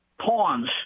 pawns